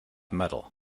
metal